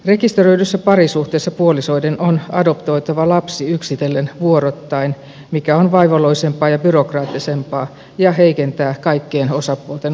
rekisteröidyssä parisuhteessa puolisoiden on adoptoitava lapsi yksitellen vuoroittain mikä on vaivalloisempaa ja byrokraattisempaa ja heikentää kaikkien osapuolten oikeusturvaa